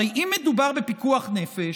הרי אם מדובר בפיקוח נפש,